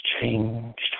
changed